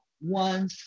one